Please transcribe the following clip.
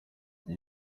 iki